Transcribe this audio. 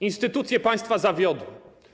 Instytucje państwa zawiodły.